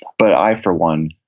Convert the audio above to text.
but i, for one,